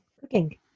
Cooking